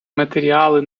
матеріали